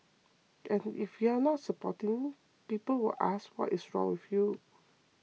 and if you are not supporting people will ask what is wrong with you